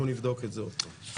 אנחנו נבדוק את זה עוד פעם.